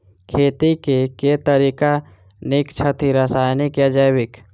खेती केँ के तरीका नीक छथि, रासायनिक या जैविक?